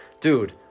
Dude